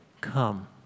Come